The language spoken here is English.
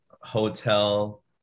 hotel